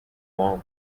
warm